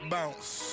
Bounce